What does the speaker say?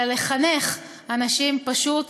אלא לחנך אנשים פשוט